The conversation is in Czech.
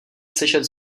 slyšet